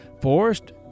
forest